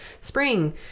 spring